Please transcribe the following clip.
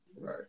Right